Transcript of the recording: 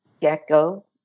gecko